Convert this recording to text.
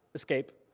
escape,